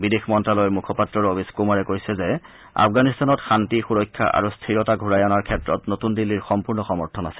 বিদেশ মন্ত্যালয়ৰ মুখপাত্ৰ ৰবিশ কুমাৰে কৈছে যে আফগানিস্তানত শান্তি সুৰক্ষা আৰু স্থিৰতা ঘূৰাই অনাৰ ক্ষেত্ৰত নতুন দিল্লীৰ সম্পূৰ্ণ সমৰ্থন আছে